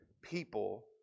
people